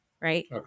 right